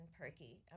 perky